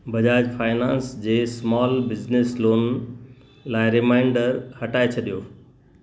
Bajaj finance जे small business loan लाइ reminder हटाए छॾियो